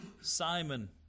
Simon